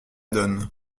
donne